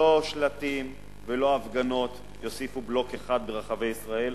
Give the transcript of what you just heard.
לא שלטים ולא הפגנות יוסיפו בלוק אחד ברחבי ישראל,